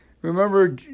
Remember